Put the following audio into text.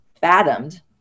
fathomed